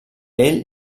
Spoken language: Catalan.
ell